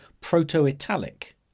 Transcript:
Proto-Italic